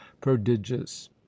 prodigious